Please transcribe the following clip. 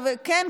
כן,